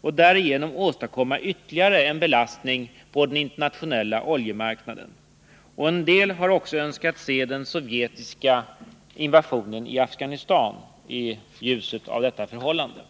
och därigenom åstadkomma ytterligare en belastning på den internationella oljemarknaden. En del har också önskat se den sovjetiska framstöten i Afghanistan i ljuset av detta förhållande.